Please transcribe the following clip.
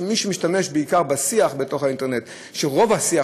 ומי שמשתמשים באינטרנט ורוב השיח